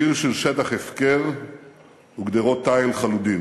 עיר של שטח הפקר וגדרות תיל חלודות.